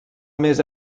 més